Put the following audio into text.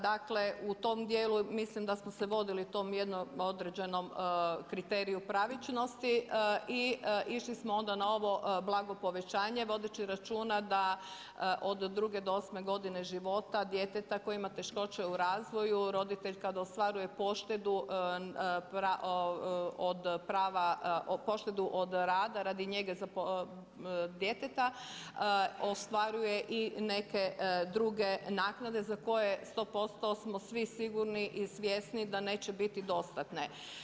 Dakle, u tom dijelu mislim da smo se vodili tom jednom određenom kriteriju pravičnosti i išli smo onda na ovo blago povećanje vodeći računa da od druge do osme godine života djeteta koje ima teškoće u razvoju roditelj kad ostvaruje poštedu od prava, poštedu od rada radi njege djeteta ostvaruje i neke druge naknade za koje sto posto smo svi sigurni i svjesni da neće biti dostatne.